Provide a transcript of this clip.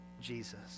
Jesus